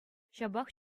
ҫапах